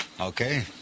okay